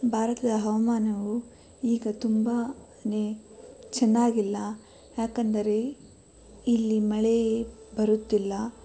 ಭಾರತದ ಹವಾಮಾನವು ಈಗ ತುಂಬನೇ ಚೆನ್ನಾಗಿಲ್ಲ ಯಾಕೆಂದರೆ ಇಲ್ಲಿ ಮಳೆಯೇ ಬರುತ್ತಿಲ್ಲ